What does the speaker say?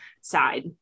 Side